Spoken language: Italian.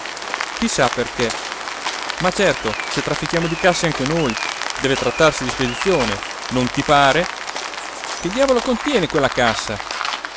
sa perché ma certo se traffichiamo di casse anche noi deve trattarsi di spedizione non ti pare che diavolo contiene quella cassa